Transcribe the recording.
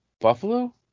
Buffalo